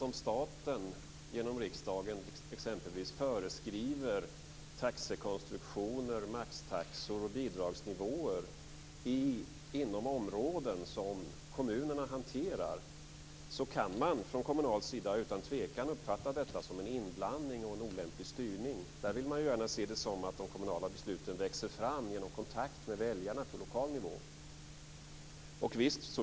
Om staten genom riksdagen föreskriver taxekonstruktioner, maxtaxor och bidragsnivåer inom områden som kommunerna hanterar kan det från kommunal sida uppfattas som en inblandning och olämplig styrning. Där vill man gärna se det som att de kommunala besluten växer fram genom kontakt med väljarna på lokal nivå.